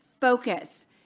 focus